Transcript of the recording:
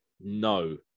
no